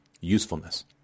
usefulness